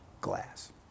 glass